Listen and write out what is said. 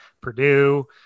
Purdue